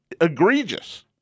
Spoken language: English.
egregious